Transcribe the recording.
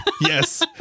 Yes